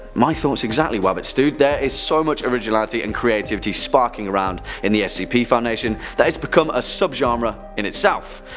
my thoughts exactly wabbitstewed there is so much originality and creativity sparking around in the scp foundation that it's become a sub-genre in itself.